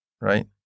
right